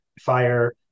Fire